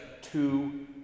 two